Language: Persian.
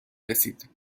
رسید